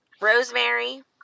rosemary